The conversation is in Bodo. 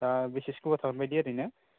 दा बेसेसो गोबाव थागोन बायदि ओरैनो